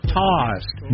tossed